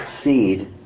seed